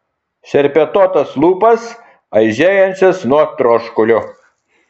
šerpetotas lūpas aižėjančias nuo troškulio